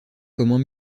comment